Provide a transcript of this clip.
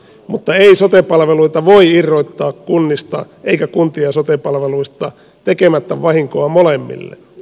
mutta ei sote palveluita voi irrottaa kunnista eikä kuntia sote palveluista tekemättä vahinkoa molemmille